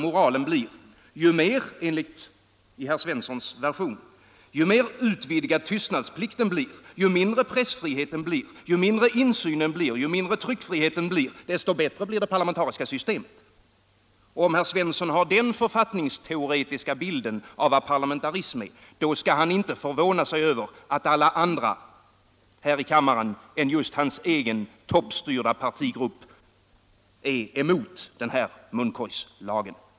Moralen är alltså i herr Svenssons version: Ju mer utvidgad tystnadsplikten blir, ju mindre pressfriheten och insynen och tryckfriheten blir, desto bättre blir det parlamentariska systemet. Om herr Svensson har den författningsteoretiska bilden av vad parlamentarismen är, då skall han inte förvåna sig över att alla andra i kammaren än just hans egen toppstyrda partigrupp är emot den här munkorgslagen.